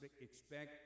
expect